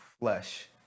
flesh